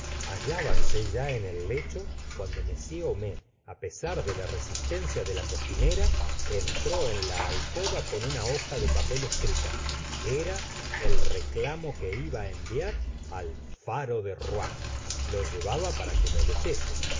dientes hallábanse ya en el lecho cuando m homais á pesar de la resistencia de la cocin ra entró en la la s or a de bova ry alcoba con una hoja de papel escrita era el reclamo que iba á enviar al fao de ro uen lo llevaba para que lo leyese